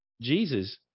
Jesus